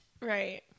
Right